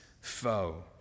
foe